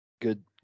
good